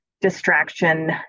distraction